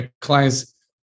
clients